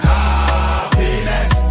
Happiness